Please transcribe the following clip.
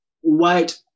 white